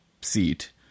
seat